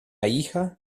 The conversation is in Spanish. hija